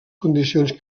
condicions